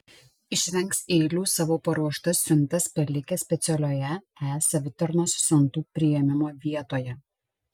išvengs eilių savo paruoštas siuntas palikę specialioje e savitarnos siuntų priėmimo vietoje